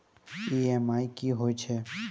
EMI कि होय छै?